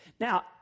Now